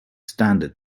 standard